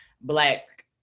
black